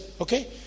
okay